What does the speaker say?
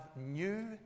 new